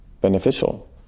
beneficial